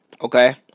Okay